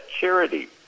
charity